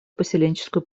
поселенческую